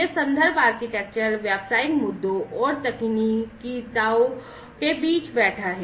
यह reference architecture व्यावसायिक मुद्दों और तकनीकीताओं के बीच बैठा है